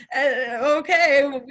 okay